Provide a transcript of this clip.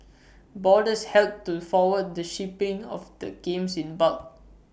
boarders helped to forward the shipping of the games in bulk